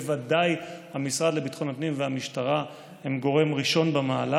ובוודאי המשרד לביטחון הפנים והמשטרה הם גורם ראשון במעלה.